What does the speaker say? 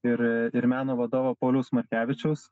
ir ir meno vadovo pauliaus markevičiaus